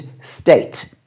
state